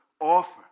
offer